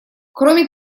кроме